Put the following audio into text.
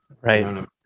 right